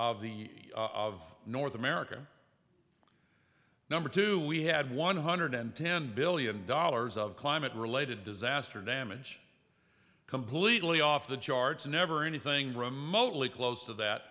of north america number two we had one hundred ten billion dollars of climate related disaster damage completely off the charts never anything remotely close to that